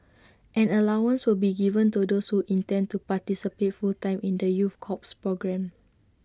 an allowance will be given to those who intend to participate full time in the youth corps programme